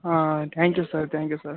ಹಾಂ thank you sir thank you sir